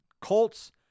Colts